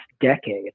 decade